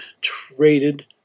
traded